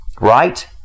Right